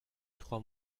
trois